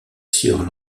sieur